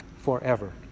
forever